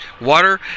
Water